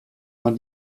man